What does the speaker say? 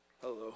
Hello